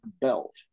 belt